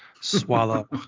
Swallow